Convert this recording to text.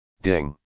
ding